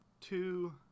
two